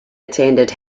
attended